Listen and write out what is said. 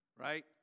Right